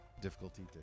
difficulty